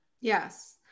yes